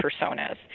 personas